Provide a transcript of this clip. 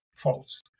false